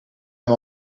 hem